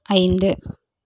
ஐந்து